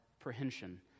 apprehension